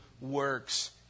works